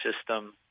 system